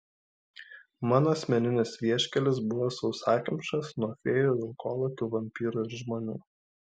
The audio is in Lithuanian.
mano asmeninis vieškelis buvo sausakimšas nuo fėjų vilkolakių vampyrų ir žmonių